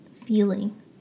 feeling